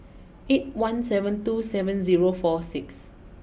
eight one seven two seven zero four six